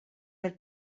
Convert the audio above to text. mill